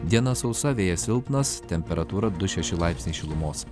dieną sausa vėjas silpnas temperatūra du šeši laipsniai šilumos